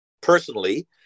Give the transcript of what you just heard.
personally